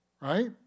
right